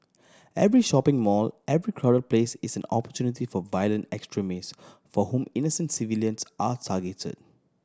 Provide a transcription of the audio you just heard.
every shopping mall every crowd place is an opportunity for violent extremists for whom innocent civilians are targeted